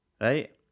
Right